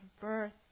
birth